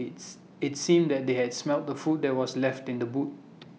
it's IT seemed that they had smelt the food that were left in the boot